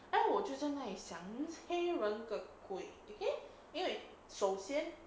哎我就在那里想黑人的鬼 okay 因为首先 okay